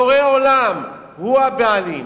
בורא עולם הוא הבעלים,